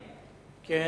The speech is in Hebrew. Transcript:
כן.